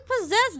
possessed